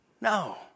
No